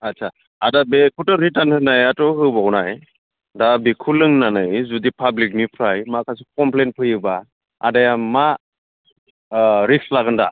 आस्सा आदा बेखौ रिटार्न होनायाथ' होबावनाय दा बेखौ लोंनानै जुदि पाब्लिक निफ्राय माखासे क'मफ्लेन फैयोब्ला आदाया दा मा रिस्क लागोन दा